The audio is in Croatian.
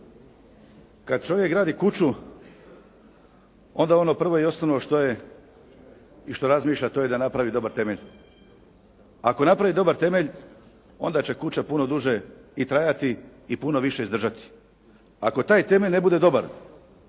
Kad čovjek gradi kuću, onda ono prvo i osnovno što je i što razmišlja to je da napravi dobar temelj. Ako napravi dobar temelj, onda će kuća puno duže i trajati i puno više izdržati. Ako taj temelj ne bude dobar,